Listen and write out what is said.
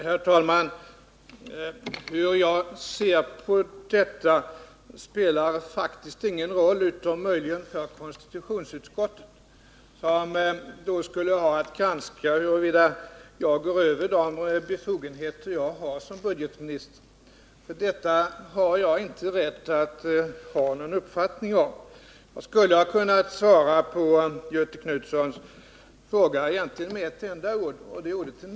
Herr talman! Hur jag ser på detta spelar faktiskt ingen roll, utom möjligen för konstitutionsutskottet, som ju har att granska huruvida jag överskrider de befogenheter jag har som budgetminister. Jag har alltså inte rätt att ha någon uppfattning i den här frågan. Jag skulle egentligen ha kunnat svara på Göthe Knutsons fråga med ett enda ord, och det ordet är nej.